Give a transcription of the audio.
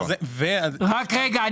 רק רגע,